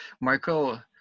Michael